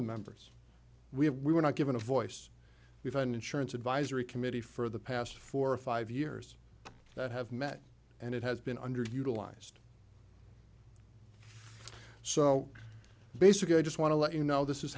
the members we have we were not given a voice we've had an insurance advisory committee for the past four or five years that have met and it has been under utilized so basically i just want to let you know this is